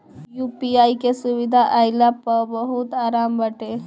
UPI के सुविधा आईला पअ बहुते आराम बाटे